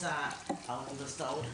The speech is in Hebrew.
האוניברסיטאות,